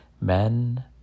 men